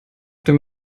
dem